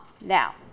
Now